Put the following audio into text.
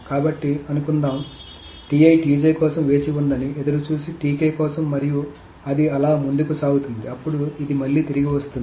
కాబట్టిఅనుకుందాం వేచి ఉందని ఎదురుచూసే మరియు అది అలా ముందుకు సాగుతుంది అప్పుడు ఇది మళ్ళీ తిరిగి వస్తుంది